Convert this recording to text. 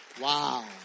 Wow